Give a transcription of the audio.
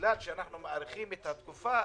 שבגלל שאנחנו מאריכים את התקופה,